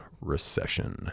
recession